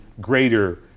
greater